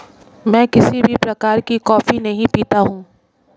मैं किसी भी प्रकार की कॉफी नहीं पीता हूँ